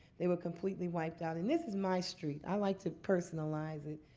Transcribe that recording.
they were completely wiped out. and this is my street. i like to personalize it.